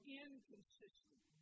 inconsistent